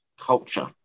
culture